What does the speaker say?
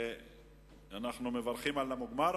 שאנחנו מברכים על המוגמר,